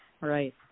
Right